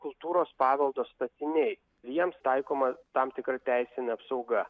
kultūros paveldo statiniai jiems taikoma tam tikra teisinė apsauga